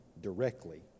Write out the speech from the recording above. directly